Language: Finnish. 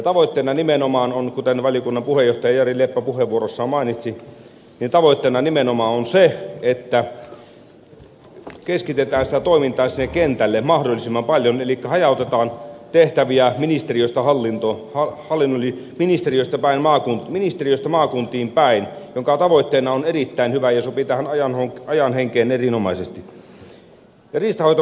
tavoitteena nimenomaan on se kuten valiokunnan puheenjohtaja jari leppä puheenvuorossaan mainitsi että keskitetään toimintaa sinne kentälle mahdollisimman paljon elikkä hajautetaan tehtäviä ministeriötä hallintoa hallinnon ministeriöstä vain maku ministeriöstä maakuntiin päin mikä tavoitteena on erittäin hyvä ja sopii tähän ajan henkeen erinomaisesti